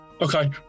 okay